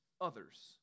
others